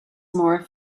more